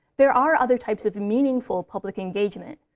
there are other types of meaningful public engagement,